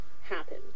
happen